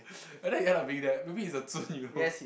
and then he end up being there maybe he's a 尊 you know